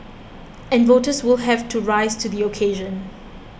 and voters will have to rise to the occasion